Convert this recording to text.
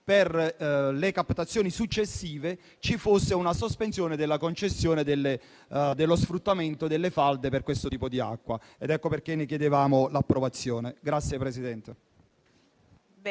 per le captazioni successive ci fosse una sospensione della concessione dello sfruttamento delle falde per questo tipo di acqua. Ecco perché chiediamo l'approvazione